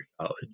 college